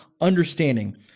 understanding